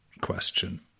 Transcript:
question